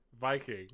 Viking